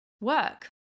work